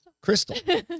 Crystal